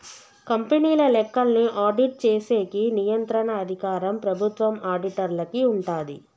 కంపెనీల లెక్కల్ని ఆడిట్ చేసేకి నియంత్రణ అధికారం ప్రభుత్వం ఆడిటర్లకి ఉంటాది